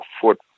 foot